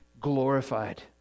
glorified